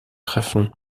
treffen